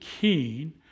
keen